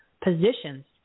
positions